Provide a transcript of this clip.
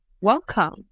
welcome